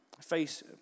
face